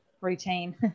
routine